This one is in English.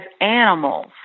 animals